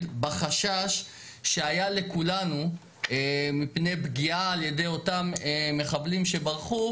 בחשש שהיה לכולנו מפני פגיעה על ידי אותם מחבלים שברחו,